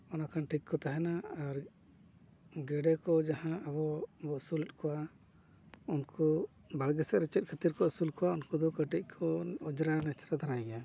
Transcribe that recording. ᱚᱱᱟ ᱠᱷᱟᱱ ᱴᱷᱤᱠ ᱠᱚ ᱛᱟᱦᱮᱱᱟ ᱟᱨ ᱜᱮᱰᱮ ᱠᱚ ᱡᱟᱦᱟᱸ ᱟᱵᱚᱵᱚᱱ ᱟᱹᱥᱩᱞᱮᱫ ᱠᱚᱣᱟ ᱩᱱᱠᱩ ᱵᱟᱲᱜᱮ ᱥᱮᱫ ᱨᱮ ᱪᱮᱫ ᱠᱷᱟᱹᱛᱤᱨ ᱠᱚ ᱟᱹᱥᱩᱞ ᱠᱚᱣᱟ ᱩᱱᱠᱩ ᱫᱚ ᱠᱟᱹᱴᱤᱡ ᱠᱚ ᱚᱸᱡᱽᱨᱟ ᱱᱮᱪᱨᱟ ᱫᱷᱟᱨᱟ ᱜᱮᱭᱟ